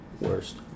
worst